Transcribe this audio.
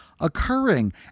occurring